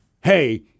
hey –